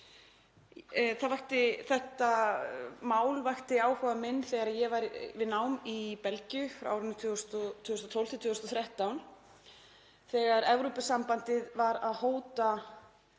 Þetta mál vakti áhuga minn þegar ég var við nám í Belgíu frá 2012 til 2013 þegar Evrópusambandið var að hóta